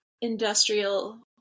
industrial